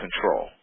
control